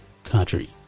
country